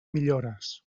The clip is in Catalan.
millores